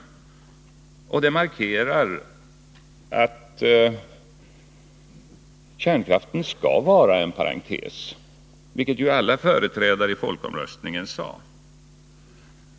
Detta 24 november 1980 beslut markerar att kärnkraften skall vara en parentes, i enlighet med vad företrädare för samtliga linjer i folkomröstningen sade.